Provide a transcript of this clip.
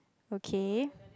okay